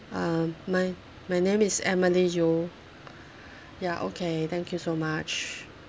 um my my name is emily yeo ya okay thank you so much